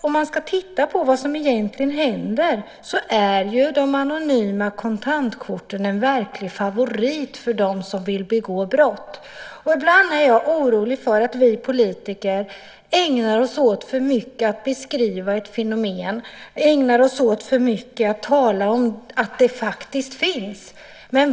Om man tittar på vad som egentligen händer är de anonyma kontantkorten en verklig favorit för dem som vill begå brott. Ibland är jag orolig för att vi politiker ägnar oss för mycket åt att beskriva ett fenomen och att tala om att det finns.